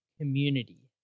community